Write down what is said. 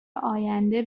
آینده